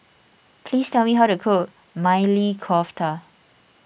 please tell me how to cook Maili Kofta